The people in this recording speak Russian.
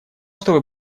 чтобы